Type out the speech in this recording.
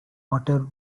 water